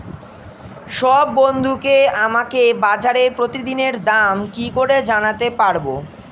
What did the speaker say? সব বন্ধুকে আমাকে বাজারের প্রতিদিনের দাম কি করে জানাতে পারবো?